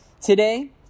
today